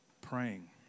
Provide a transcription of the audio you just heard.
praying